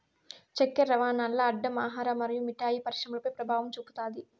చక్కర రవాణాల్ల అడ్డం ఆహార మరియు మిఠాయి పరిశ్రమపై పెభావం చూపుతాది